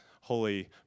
holy